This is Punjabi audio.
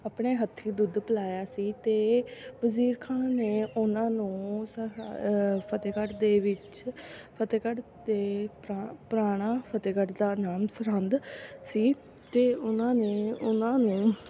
ਆਪਣੇ ਹੱਥੀਂ ਦੁੱਧ ਪਿਲਾਇਆ ਸੀ ਅਤੇ ਵਜ਼ੀਰ ਖਾਨ ਨੇ ਉਹਨਾਂ ਨੂੰ ਸਰਹੰ ਫਤਿਹਗੜ੍ਹ ਦੇ ਵਿੱਚ ਫਤਿਹਗੜ੍ਹ ਦੇ ਪੁਰਾ ਪੁਰਾਣਾ ਫਤਿਹਗੜ੍ਹ ਦਾ ਨਾਮ ਸਰਹੰਦ ਸੀ ਅਤੇ ਉਹਨਾਂ ਨੇ ਉਹਨਾਂ ਨੂੰ